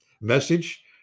message